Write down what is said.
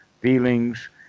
feelings